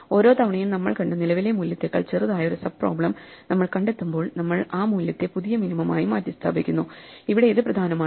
ഓരോ തവണയും നമ്മൾ കണ്ട നിലവിലെ മൂല്യത്തേക്കാൾ ചെറുതായ ഒരു സബ് പ്രോബ്ലം നമ്മൾ കണ്ടെത്തുമ്പോൾ നമ്മൾ ആ മൂല്യത്തെ പുതിയ മിനിമം ആയി മാറ്റിസ്ഥാപിക്കുന്നു ഇവിടെ ഇത് പ്രധാനമാണ്